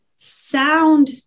sound